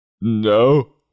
No